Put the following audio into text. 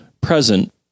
present